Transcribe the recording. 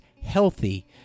healthy